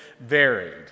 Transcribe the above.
varied